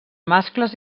mascles